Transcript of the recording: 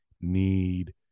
need